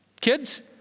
Kids